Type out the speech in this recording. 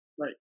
Right